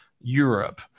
Europe